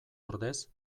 ordez